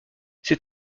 ces